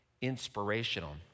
inspirational